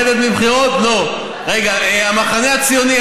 לא, אתה יודע שלא, תביא מחר חוק.